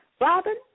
Robin